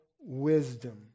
wisdom